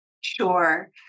Sure